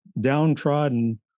downtrodden